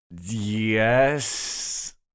yes